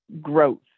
growth